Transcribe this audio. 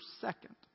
second